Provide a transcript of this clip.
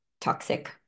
toxic